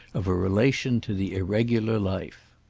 of a relation to the irregular life.